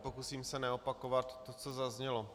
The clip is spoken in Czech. Pokusím se neopakovat to, co zaznělo.